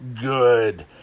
good